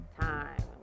time